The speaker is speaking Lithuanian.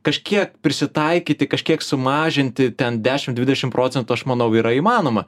kažkiek prisitaikyti kažkiek sumažinti ten dešim dvidešim procentų aš manau yra įmanoma